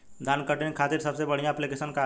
धान के कटनी खातिर सबसे बढ़िया ऐप्लिकेशनका ह?